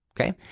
okay